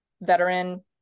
veteran